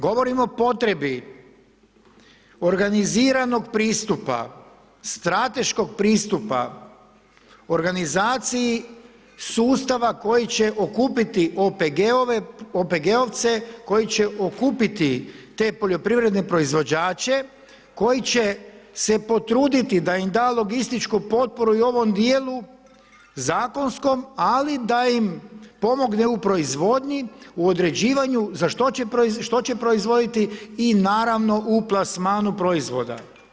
Govorim o potrebi organiziranog pristupa, strateškog pristupa, organizaciji sustava koji će okupiti OPG-ove, OPG-ovce koji će okupiti te poljoprivredne proizvođače koji će se potruditi da im da logističku potporu i u ovom dijelu zakonskom, ali da im pomogne u proizvodnji u određivanju za što će, što će proizvoditi i naravno u plasmanu proizvoda.